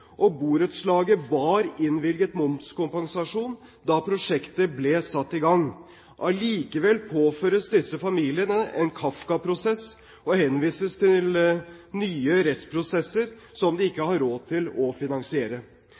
og borettslaget var innvilget momskompensasjon da prosjektet ble satt i gang. Allikevel påføres disse familiene en Kafka-prosess og henvises til nye rettsprosesser som de ikke har råd til å finansiere.